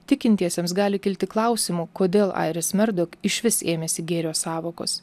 tikintiesiems gali kilti klausimų kodėl airis merdok išvis ėmėsi gėrio sąvokos